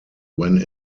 when